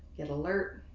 get alert,